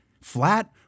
Flat